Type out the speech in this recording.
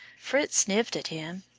fritz sniffed at him,